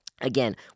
Again